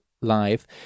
live